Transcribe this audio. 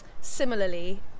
similarly